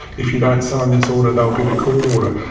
if you don't sign this order, they'll get a court order,